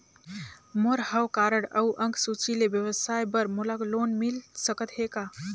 मोर हव कारड अउ अंक सूची ले व्यवसाय बर मोला लोन मिल सकत हे का?